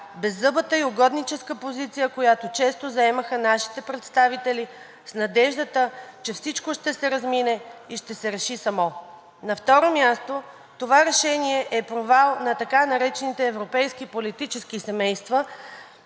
беззъбата и угодническа позиция, която често заемаха нашите представители, с надеждата, че всичко ще се размине и ще се реши самò. На второ място, това решение е провал на така наречените европейски политически семейства,